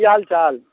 कि हाल चाल